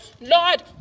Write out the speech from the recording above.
Lord